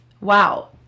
Wow